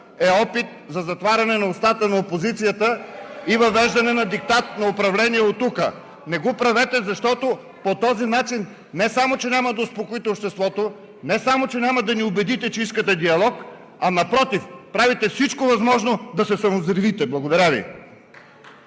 е опит за затваряне на устата на опозицията и въвеждане на диктат на управление оттук! Не го правете, защото по този начин не само че няма да успокоите обществото, не само че няма да ни убедите, че искате диалог, а напротив – правите всичко възможно да се самовзривите! Благодаря Ви.